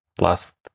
last